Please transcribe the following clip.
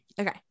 okay